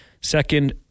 Second